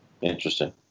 Interesting